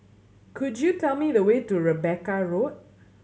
could you tell me the way to Rebecca Road